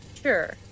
Sure